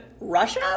russia